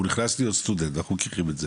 הוא נכנס להיות סטודנט ואנחנו מכירים את זה